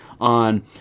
on